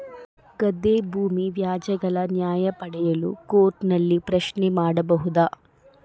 ಗದ್ದೆ ಭೂಮಿ ವ್ಯಾಜ್ಯಗಳ ನ್ಯಾಯ ಪಡೆಯಲು ಕೋರ್ಟ್ ನಲ್ಲಿ ಪ್ರಶ್ನೆ ಮಾಡಬಹುದಾ?